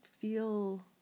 feel